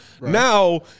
Now